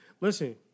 Listen